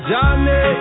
Johnny